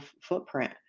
footprint